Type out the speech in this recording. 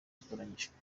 batoranyijwe